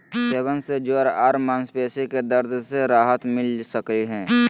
सेवन से जोड़ आर मांसपेशी के दर्द से राहत मिल सकई हई